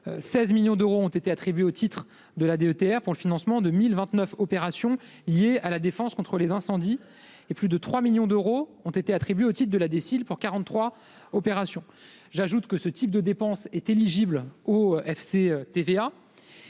16 millions d'euros ont été attribués au titre de la DETR pour le financement de 1 029 opérations liées à la défense contre les incendies, et plus de 3 millions d'euros ont été attribués au titre de la DSIL pour 43 opérations dans ce même domaine. J'ajoute que les dépenses de ce type sont éligibles au FCTVA.